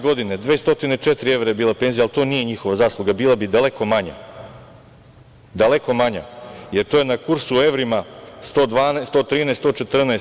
Godine 2012. je 204 evra bila penzija, ali to nije njihova zasluga, bila bi daleko manja, jer to je na kursu u evrima 112, 113, 114.